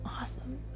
Awesome